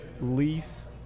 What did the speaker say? lease